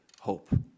hope